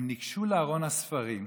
הם ניגשו לארון הספרים,